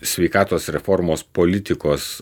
sveikatos reformos politikos